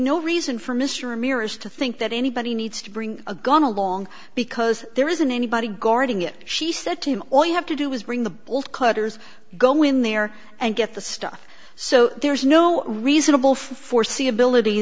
no reason for mr ramirez to think that anybody needs to bring a gun along because there isn't anybody guarding it she said to him all you have to do is bring the bolt cutters go in there and get the stuff so there is no reasonable foreseeability